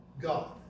God